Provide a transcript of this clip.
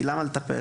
כי למה לטפל?